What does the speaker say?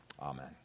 Amen